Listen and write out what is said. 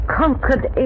conquered